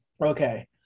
Okay